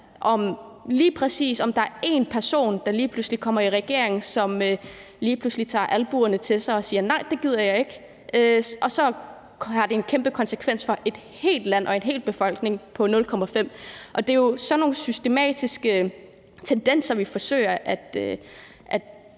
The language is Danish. lige præcis er en person, der lige pludselig kommer i regering og trækker albuerne til sig og siger: Nej, det gider jeg ikke. Og så har det en kæmpe konsekvens for et helt land og en hel befolkning på nul komma fem. Det er jo sådan nogle systematiske tendenser, vi forsøger at